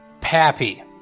pappy